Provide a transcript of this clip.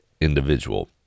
individual